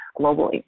globally